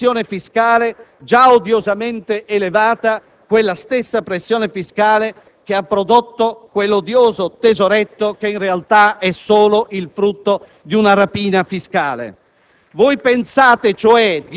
di incrementare la pressione fiscale già odiosamente elevata, quella stessa pressione fiscale che ha prodotto quell'odioso tesoretto che in realtà è solo il frutto di una rapina fiscale.